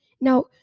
Now